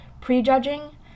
pre-judging